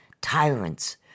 Tyrants